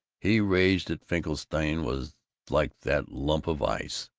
he raged that finkelstein was like that lump of ice.